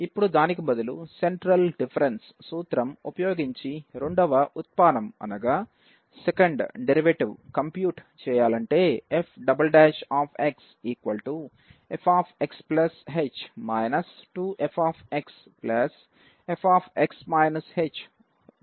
ఇప్పుడు దానికి బదులు సెంట్రల్ డిఫరెన్స్ సూత్రం ఉపయోగించి రెండవ ఉత్పానం కంప్యూట్ చేయాలంటే f" fx h 2 f f h2 అవుతుంది